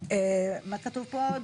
מה כתוב פה עוד?